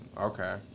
Okay